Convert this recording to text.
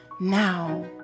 now